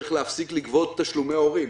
צריך להפסיק לגבות את תשלומי ההורים.